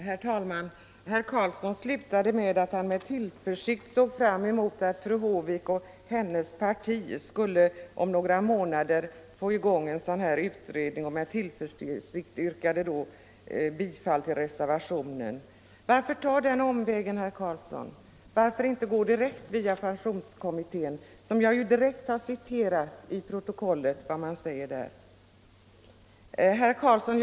Herr talman! Herr Carlsson i Vikmanshyttan avslutade sitt föregående anförande med att han med tillförsikt såg fram emot att fru Håvik och hennes parti om några månader skulle få i gång en sådan utredning som motionärerna begärt samt yrkade bifall till reservationen. Varför ta den omvägen, herr Carlsson? Varför inte gå direkt via pensionskommittén, som jag har citerat? Herr Carlsson!